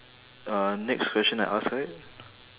uh next question I ask right